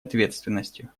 ответственностью